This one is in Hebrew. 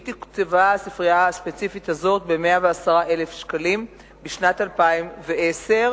והיא נסגרה בעקבות סגירתו של המתנ"ס בקריית-שמונה,